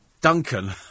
Duncan